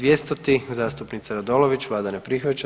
200. zastupnica Radolović, vlada ne prihvaća.